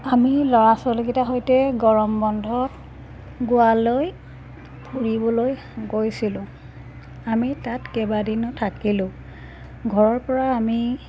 আমি ল'ৰা ছোৱালীকেইটাৰ সৈতে গৰম বন্ধত গোৱালৈ ফুৰিবলৈ গৈছিলোঁ আমি তাত কেইবাদিনো থাকিলোঁ ঘৰৰপৰা আমি